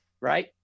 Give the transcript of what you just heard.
Right